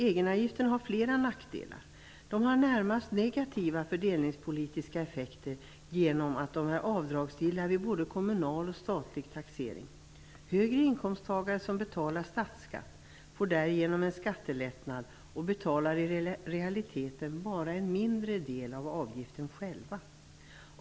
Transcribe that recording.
Egenavgifterna har flera nackdelar. De har närmast negativa fördelningspolitiska effekter genom att de är avdragsgilla vid både kommunal och statlig taxering. Högre inkomsttagare som betalar statsskatt får därigenom en skattelättnad och betalar i realiteten bara en mindre del av avgiften själva.